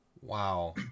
Wow